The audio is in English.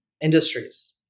industries